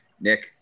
Nick